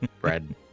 bread